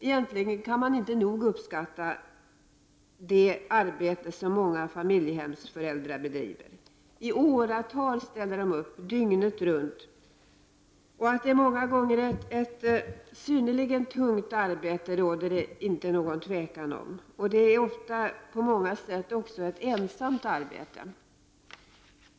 Egentligen kan vi inte nog uppskatta det arbete som många familjehemsföräldrar bedriver. I åratal ställer de upp dygnet runt för ungdomar med problem. Att detta många gånger är ett tungt arbete råder det inget tvivel om. Det är ofta också ett i många avseenden ensamt arbete.